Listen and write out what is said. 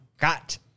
got